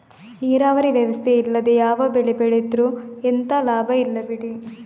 ನೀರಾವರಿ ವ್ಯವಸ್ಥೆ ಇಲ್ಲದೆ ಯಾವ ಬೆಳೆ ಬೆಳೆದ್ರೂ ಎಂತ ಲಾಭ ಇಲ್ಲ ಬಿಡಿ